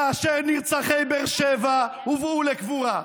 כאשר נרצחי באר שבע הובאו לקבורה?